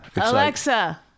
Alexa